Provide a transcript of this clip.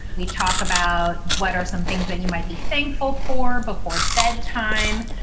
we talk about what are some things that you might be thankful for before bedtime.